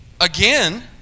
again